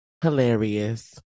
hilarious